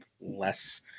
less